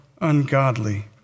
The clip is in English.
ungodly